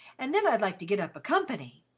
and then i'd like to get up a company.